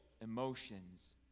emotions